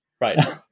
Right